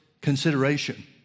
consideration